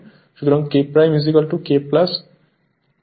সুতরাং K K K 1